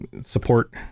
support